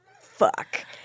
fuck